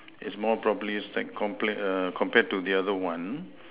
is more properly stacked complan~ err compared to the other one